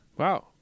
Wow